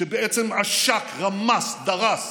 שבעצם עשק, רמס, דרס